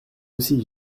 aussi